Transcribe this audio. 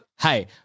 hey